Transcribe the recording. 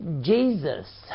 Jesus